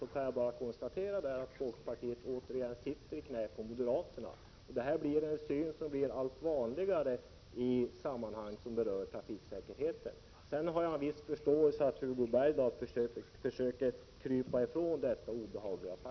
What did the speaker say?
Jag kan bara konstatera att folkpartiet återigen sitter i knät på moderaterna. Den synen 79 blir allt vanligare i sammanhang som gäller trafiksäkerheten. Jag har en viss 11 november 1987 förståelse för om Hugo Bergdahl försöker krypa ifrån detta obehagliga